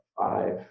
five